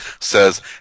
says